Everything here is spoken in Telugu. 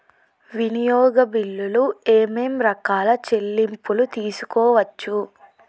వినియోగ బిల్లులు ఏమేం రకాల చెల్లింపులు తీసుకోవచ్చు?